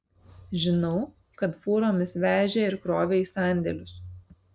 žinau kad fūromis vežė ir krovė į sandėlius